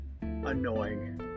annoying